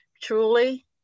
truly